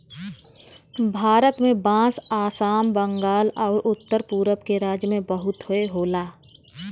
भारत में बांस आसाम, बंगाल आउर उत्तर पुरब के राज्य में बहुते होला